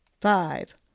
five